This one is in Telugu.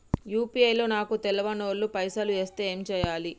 యూ.పీ.ఐ లో నాకు తెల్వనోళ్లు పైసల్ ఎస్తే ఏం చేయాలి?